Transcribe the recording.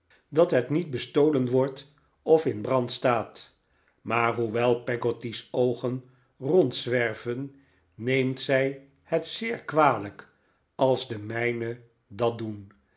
dat het niet bestolen wordt of in brand staat maar hoewel peggotty's oogen rondzwerven neemt zij het zeer kwalijk als de mijne dat doen